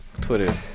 Twitter